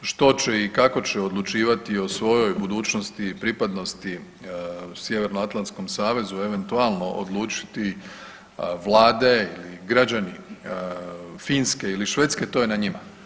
Što će i kako će odlučivati o svojoj budućnosti i pripadnosti Sjevernoatlanskom savezu eventualno odlučiti vlade i građani Finske i Švedske to je na njima.